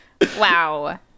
Wow